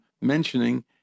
mentioning